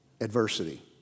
adversity